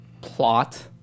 plot